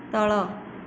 ତଳ